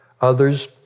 others